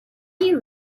you